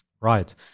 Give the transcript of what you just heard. Right